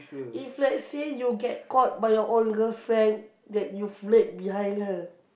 if let's say you get caught by your own girlfriend that you flirt behind her